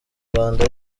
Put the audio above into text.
rwanda